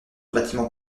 bâtiments